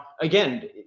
again